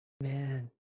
Man